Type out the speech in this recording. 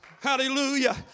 Hallelujah